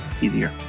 easier